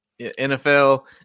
NFL –